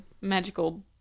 magical